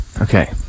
okay